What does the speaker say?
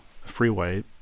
freeway